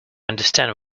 understand